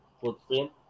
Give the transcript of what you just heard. footprint